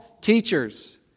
teachers